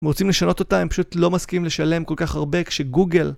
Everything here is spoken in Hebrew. אם רוצים לשנות אותה הם פשוט לא מסכימים לשלם כל כך הרבה כשגוגל